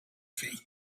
faith